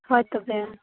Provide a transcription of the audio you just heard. ᱦᱳᱭ ᱛᱚᱵᱮ